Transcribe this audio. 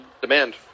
demand